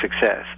success